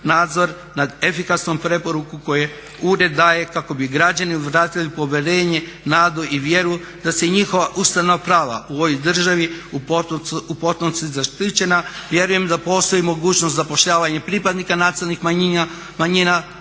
nadzor nad efikasnom preporuku koju ured daje kako bi građani vratili povjerenje, nadu i vjeru da se i njihova ustavna prava u ovoj državi u potpunosti zaštićena. Vjerujem da postoji i mogućnost zapošljavanja i pripadnika nacionalnih manjina